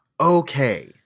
Okay